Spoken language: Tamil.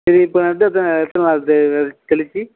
சரி இப்போ நட்டு எத்தனை எத்தனை நாளாவது தெளித்து